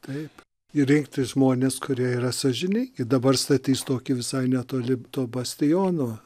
taip ir rinkti žmones kurie yra sąžiningi dabar statys tokį visai netoli to bastiono